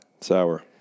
Sour